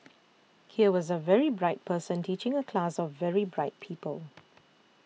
here was a very bright person teaching a class of very bright people